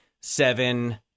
seven